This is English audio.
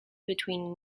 between